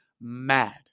mad